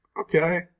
Okay